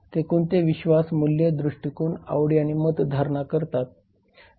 ते कोणते विश्वास मूल्ये दृष्टिकोन आवडी आणि मत धारण करतात